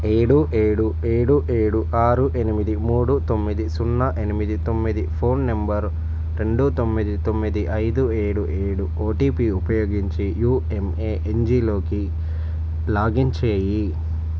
ఏడు ఏడు ఏడు ఏడు ఆరు ఎనిమిది మూడు తొమ్మిది సున్నా ఎనిమిది తొమ్మిది ఫోన్ నంబర్ రెండు తొమ్మిది తొమ్మిది ఐదు ఏడు ఏడు ఓటిపి ఉపయోగించి యుయమ్ఎయన్జి లోకి లాగిన్ చేయి